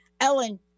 Ellen